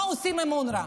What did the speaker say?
מה עושים עם אונר"א.